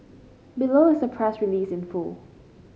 below is the press release in full